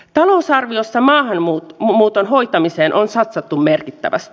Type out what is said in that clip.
talousarviossa maahanmuuton hoitamiseen on satsattu merkittävästi